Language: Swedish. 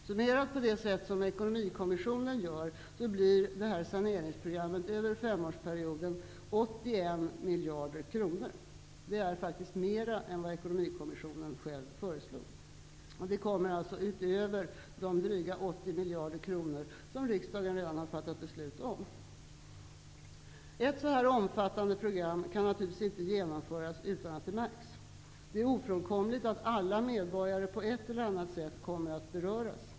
Summerat på det sätt som Ekonomikommissionen gör, innebär saneringsprogrammet över femårsperioden 81 miljarder kronor, vilket tillkommer utöver de dryga 80 miljarder kronorna som riksdagen redan har fattat beslut om. Det är faktiskt mera än vad Ekonomikommissionen själv föreslog. Ett så omfattande program kan naturligtvis inte genomföras utan att det märks. Det är ofrånkomligt att alla medborgare på ett eller annat sätt kommer att beröras.